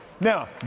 Now